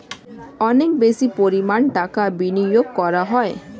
অনেক বেশি পরিমাণ টাকা বিনিয়োগ করা হয়